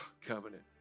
covenant